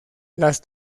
las